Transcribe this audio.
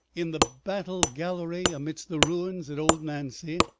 in the battle gallery amidst the ruins at old nancy,